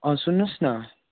सुन्नुहोस् न